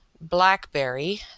blackberry